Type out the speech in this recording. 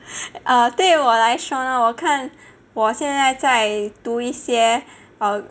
err 对我来说呢我看我现在在读一些 err